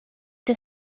the